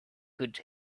could